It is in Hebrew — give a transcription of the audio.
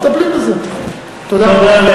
מטפלים בזה, זה קורה כבר.